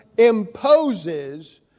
imposes